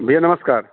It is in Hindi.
भैया नमस्कार